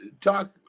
talk